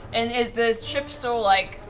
and is the ship still like